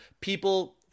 people